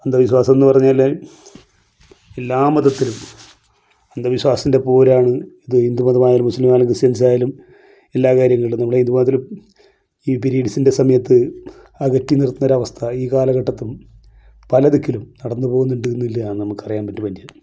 അന്ധവിശ്വാസം എന്നു പറഞ്ഞാൽ എല്ലാ മതത്തിലും അന്ധവിശ്വാസിൻ്റെ പോരാണ് ഇത് ഹിന്ദു മതമായാലും മുസ്ലിമായാലും ക്രിസ്ത്യൻസായാലും എല്ലാ കാര്യങ്ങളിലും നമ്മുടെ ഹിന്ദു മതത്തിൽ ഈ പീരീഡ്സിൻ്റെ സമയത്ത് അകറ്റി നിർത്തുന്നൊരവസ്ഥ ഈ കാലഘട്ടത്തും പല ദിക്കിലും നടന്നു പോകുന്നുണ്ട് എന്ന് ഇല്ലയാണ് നമുക്ക് അറിയാൻ വേണ്ടി പറ്റിയത്